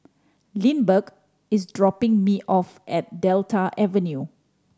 Lindbergh is dropping me off at Delta Avenue